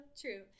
true